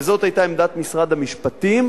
וזאת היתה עמדת משרד המשפטים,